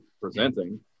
presenting